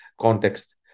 context